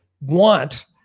want